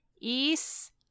East